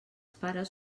pares